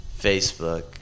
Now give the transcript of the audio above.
Facebook